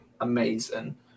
amazing